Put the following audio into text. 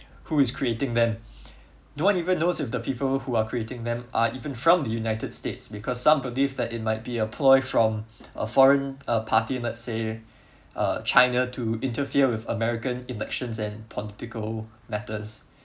who is creating them no one even knows if the people who are creating them are even from the united states because some believe that it might be a ploy from a foreign uh party let's say uh china to interfere with american elections and political matters